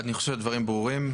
אני חושב שהדברים ברורים.